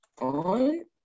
on